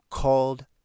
Called